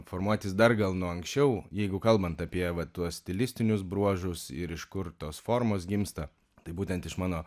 formuotis dar gal nuo anksčiau jeigu kalbant apie va tuos stilistinius bruožus ir iš kur tos formos gimsta tai būtent iš mano